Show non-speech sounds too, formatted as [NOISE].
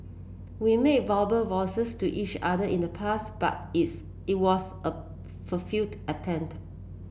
we made verbal [UNINTELLIGIBLE] to each other in the past but it's it was a [UNINTELLIGIBLE] attempt